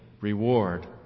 reward